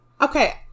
Okay